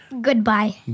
Goodbye